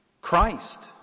Christ